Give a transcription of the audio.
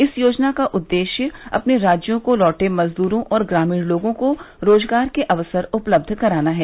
इस योजना का उद्देश्य अपने राज्यों को लौटे मजदूरों और ग्रामीण लोगों को रोजगार के अवसर उपलब्ध कराना है